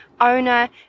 owner